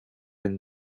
and